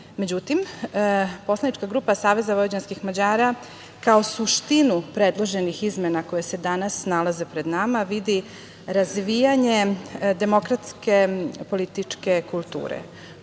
Međutim, poslanička grupa SVM, kao suštinu predloženih izmena koje se danas nalaze pred nama vidi razvijanje demokratske političke kulture,